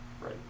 right